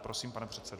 Prosím, pane předsedo.